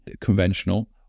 conventional